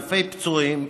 אלפי פצועים,